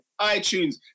iTunes